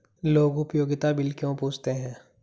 लोग उपयोगिता बिल क्यों पूछते हैं?